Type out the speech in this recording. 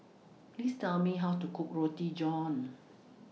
Please Tell Me How to Cook Roti John